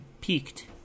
Peaked